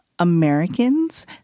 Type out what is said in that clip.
Americans